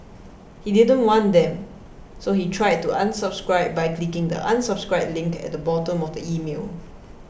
he didn't want them so he tried to unsubscribe by clicking the unsubscribe link at the bottom of the email